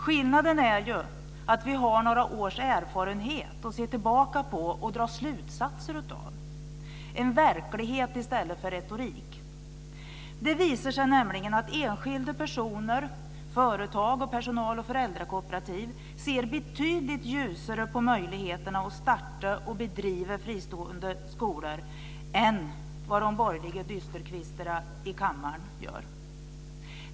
Skillnaden är att vi har några års erfarenheter att se tillbaka på och dra slutsatser av. Det är en verklighet i stället för retorik. Det har nämligen visat sig att enskilda personer, företag och personal och föräldrakooperativ ser betydligt ljusare på möjligheterna att starta och bedriva fristående skolor än de borgerliga dysterkvistarna här i kammaren.